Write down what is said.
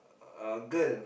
uh girl